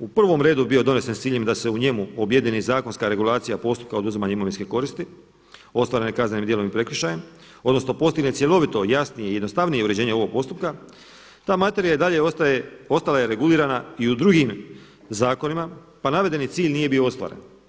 u prvom redu bio donesen s ciljem da se u njemu objedini zakonska regulacija postupka oduzimanja imovinske koristi ostvarene kaznenim djelom i prekršajem, odnosno postigne cjelovito, jasnije i jednostavnije uređenje ovog postupka ta materija i dalje ostaje, ostala je regulirana i u drugim zakonima pa navedeni cilj nije bio ostvaren.